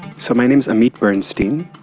so my name is amit bernstein,